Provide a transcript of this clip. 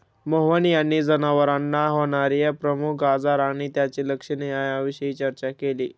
मोहन यांनी जनावरांना होणार्या प्रमुख आजार आणि त्यांची लक्षणे याविषयी चर्चा केली